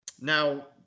Now